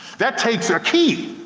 that takes a key,